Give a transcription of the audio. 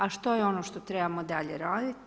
A što je ono što trebamo dalje radit?